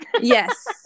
Yes